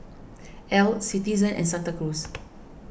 Elle Citizen and Santa Cruz